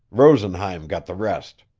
rosenheim got the rest.